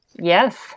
Yes